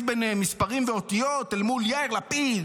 ביניהם מספרים ואותיות אל מול יאיר לפיד,